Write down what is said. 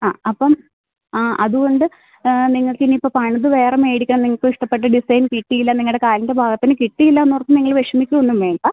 ആ അപ്പം ആ അതുകൊണ്ട് നിങ്ങൾക്ക് ഇനി ഇപ്പം പണിത് വേറെ മേടിക്കാൻ നിങ്ങൾക്കിഷ്ടപ്പെട്ട ഡിസൈൻ കിട്ടിയില്ല നിങ്ങളുടെ കാലിൻ്റെ പാകത്തിന് കിട്ടിയില്ലാന്നോർത്ത് നിങ്ങൾ വിഷമിക്കുകയൊന്നും വേണ്ട